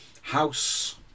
House